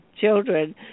children